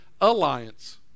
alliance